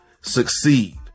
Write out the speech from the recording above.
succeed